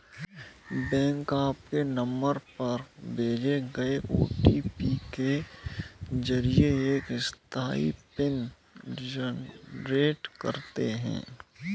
bank आपके number पर भेजे गए ओ.टी.पी के जरिए एक अस्थायी पिन जनरेट करते हैं